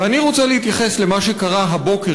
ואני רוצה להתייחס למה שקרה הבוקר,